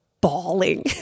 bawling